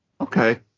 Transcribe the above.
Okay